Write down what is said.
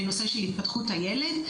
בנושא של התפתחות הילד,